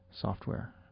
software